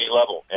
level